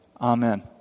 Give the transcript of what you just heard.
Amen